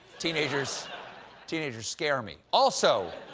teenagers teenagers scare me. also,